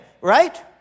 right